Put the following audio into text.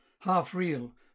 half-real